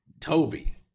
Toby